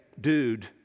dude